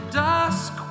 dusk